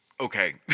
okay